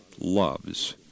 loves